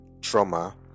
trauma